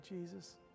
Jesus